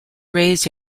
raised